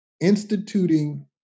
instituting